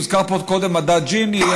הוזכר פה קודם מדד ג'יני,